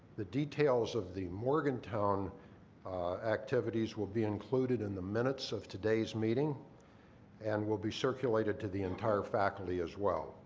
the details of the morgantown activities will be included in the minutes of today's meeting and will be circulated to the entire faculty as well.